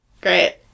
Great